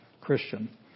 Christian